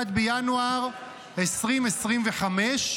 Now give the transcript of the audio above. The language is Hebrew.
1 בינואר 2025,